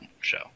show